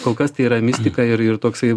kol kas tai yra mistika ir ir toksai